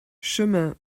chemin